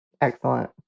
Excellent